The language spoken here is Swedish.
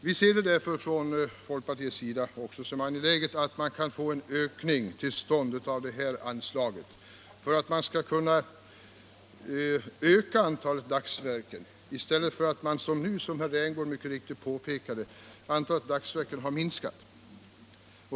Vi ser det från folkpartiets sida som angeläget att anslaget räknas upp för att antalet dagsverken skall kunna öka i stället för att de, som herr Rämgård påpekat, nu har minskat.